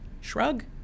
Shrug